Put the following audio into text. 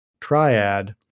triad